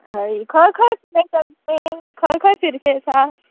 हय खंय खंय फिरयतात तुमी खंय खंय फिरचें आसा